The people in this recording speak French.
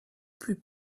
plus